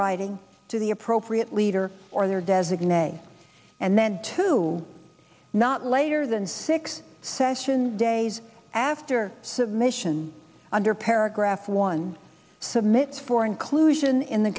writing to the appropriate leader or their designate and then to not later than six sessions days after submission under paragraph one submits for inclusion in the